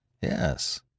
Yes